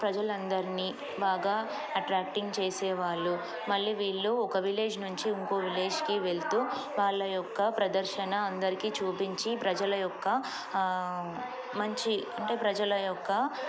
ప్రజలందరినీ బాగా అట్రాక్టింగ్ చేసేవాళ్ళు మళ్ళీ వీళ్ళు ఒక విలేజ్ నుంచి ఇంకో విలేజ్కి వెళ్తూ వాళ్ళ యొక్క ప్రదర్శన అందరికీ చూపించి ప్రజల యొక్క మంచి అంటే ప్రజల యొక్క